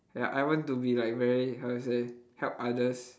ya I want to be like very how to say help others